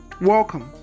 Welcome